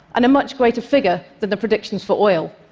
and a much greater figure than the predictions for oil.